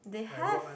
they have